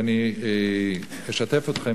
ואני אשתף אתכם,